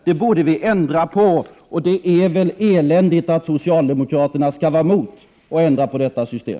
Det borde vi ändra på, och det är väl eländigt att socialdemokraterna skall vara emot att ändra på detta system!